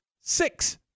Six